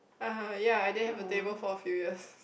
uh ya I don't have a table for a few years